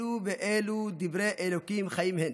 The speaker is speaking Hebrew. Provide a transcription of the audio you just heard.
אלו ואלו דברי אלוקים חיים הן,